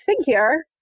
figure